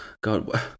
God